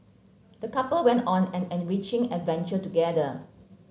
the couple went on an enriching adventure together